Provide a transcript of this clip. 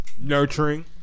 Nurturing